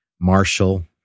Marshall